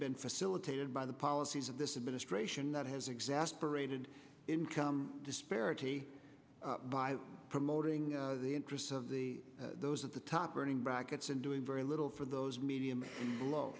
been facilitated by the policies of this administration that has exasperated income disparity by promoting the interests of the those at the top earning brackets and doing very little for those medium